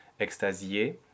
extasier